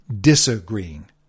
disagreeing